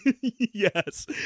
yes